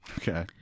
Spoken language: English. Okay